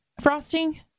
frosting